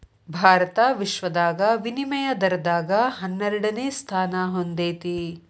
ಭಾರತ ವಿಶ್ವದಾಗ ವಿನಿಮಯ ದರದಾಗ ಹನ್ನೆರಡನೆ ಸ್ಥಾನಾ ಹೊಂದೇತಿ